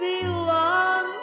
belongs